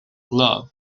globe